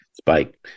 Spike